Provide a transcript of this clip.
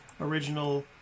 original